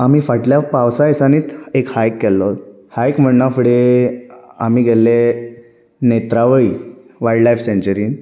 आमी फाटल्या पावसा दिसांनीत एक हाय्क केल्लो हाय्क म्हणना फुडें आमी गेल्ले नेत्रावळी वायल्ड लाय्फ सेंचुनीन